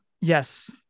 Yes